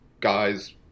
guys